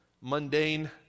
mundane